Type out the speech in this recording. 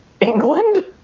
England